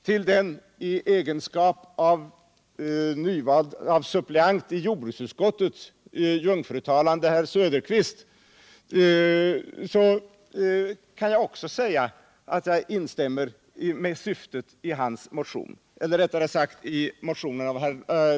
Till den i sin egenskap av nyvald suppleant i jordbruksutskottet jungfrutalande herr Söderqvist kan jag också säga att jag stöder syftet i kommunisternas motion.